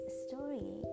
story